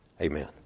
Amen